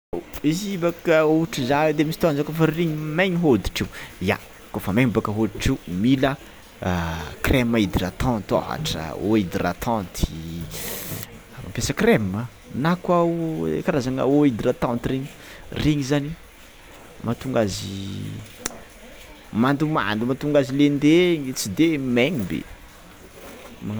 Izy i bôka ohatry zany de misy fotoagna za kôfa ririgniny igny maigny hoditra igny, kôfa maigny bôka hoditro de mila creme hyndratante ohatra, eau hydratante, mampiasa creme na karazana eau hydratante regny zany mahatonga azy mandomando, matonga lendegny tsy de megny be.